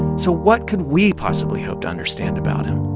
so what could we possibly hope to understand about him?